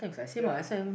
ya